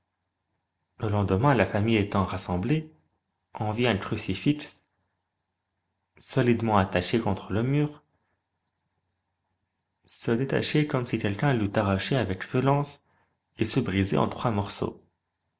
le lendemain la famille étant rassemblée on vit un crucifix solidement attaché contre le mur se détacher comme si quelqu'un l'eût arraché avec violence et se briser en trois morceaux